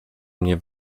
mnie